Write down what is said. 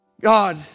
God